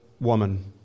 woman